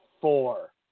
four